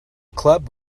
club